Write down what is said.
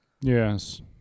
Yes